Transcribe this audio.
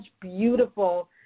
beautiful